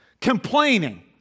Complaining